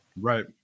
right